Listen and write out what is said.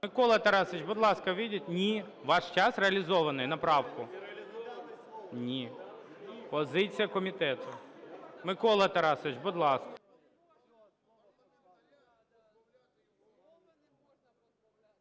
Микола Тарасович, будь ласка, вийдіть. Ні! Ваш час реалізований на правку. (Шум у залі) Ні! Позиція комітету. Микола Тарасович, будь ласка.